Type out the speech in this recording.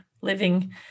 living